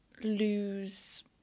lose